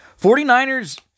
49ers